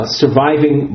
surviving